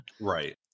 Right